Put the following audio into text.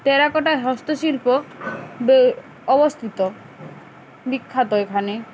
টেরাকোটায় হস্তশিল্প অবস্থিত বিখ্যাত এখানে